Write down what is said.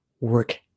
work